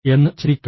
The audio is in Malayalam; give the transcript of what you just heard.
എന്ന് ചിന്തിക്കുക